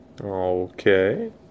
Okay